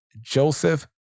Joseph